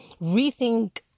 rethink